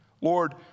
Lord